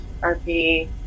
RP